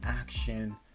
action